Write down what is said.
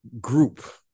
group